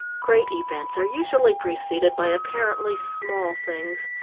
great events are usually preceded by apparently small things.